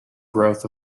growth